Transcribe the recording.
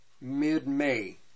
mid-May